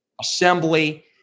assembly